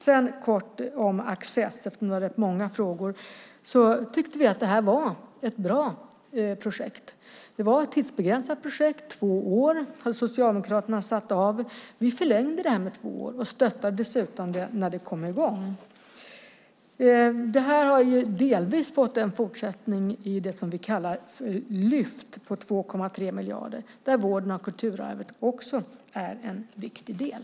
Sedan vill jag kort säga något som Access, eftersom det var rätt många frågor. Vi tyckte att det var ett bra projekt. Det var ett tidsbegränsat projekt där Socialdemokraterna hade satt av två år. Vi förlängde det med två år och stöttade det dessutom när det kom i gång. Det har delvis fått en fortsättning i det vi kallar Lyft på 2,3 miljarder, där vården av kulturarvet också är en viktig del.